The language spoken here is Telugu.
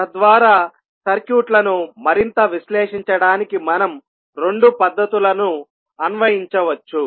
తద్వారా సర్క్యూట్లను మరింత విశ్లేషించడానికి మనం రెండు పద్ధతులను అన్వయించవచ్చు